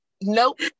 nope